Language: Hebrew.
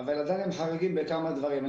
אבל עדיין הם חריגים בכמה דברים.